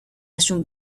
ازشون